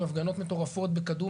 הפגנות מטורפות בקדום,